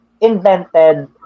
invented